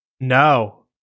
No